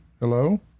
Hello